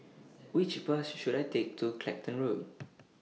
Which Bus should I Take to Clacton Road